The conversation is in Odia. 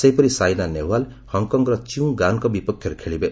ସେହିପରି ସାଇନା ନେହୱାଲ ହଂକର ଚ୍ୟୁ ଗାନ୍ଙ୍କ ବିପକ୍ଷରେ ଖେଳିବେ